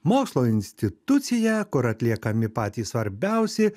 mokslo instituciją kur atliekami patys svarbiausi